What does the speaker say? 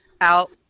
out